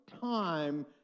time